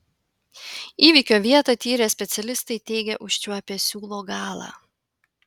įvykio vietą tyrę specialistai teigia užčiuopę siūlo galą